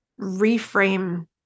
reframe